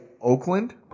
Oakland